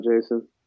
Jason